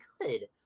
good